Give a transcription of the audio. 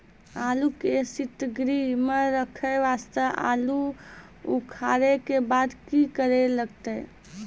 आलू के सीतगृह मे रखे वास्ते आलू उखारे के बाद की करे लगतै?